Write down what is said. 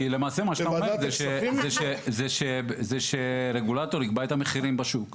כי למעשה מה שאתה אומר זה שרגולטור יקבע את המחירים בשוק.